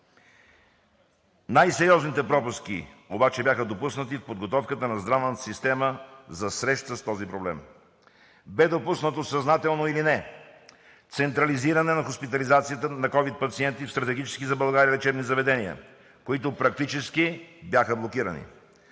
Най-сериозните пропуски обаче бяха допуснати в подготовката на здравната система за среща с този проблем. Бе допуснато, съзнателно или не, централизиране на хоспитализацията на ковид пациенти в стратегически за България лечебни заведения, които практически бяха блокирани.